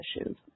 issues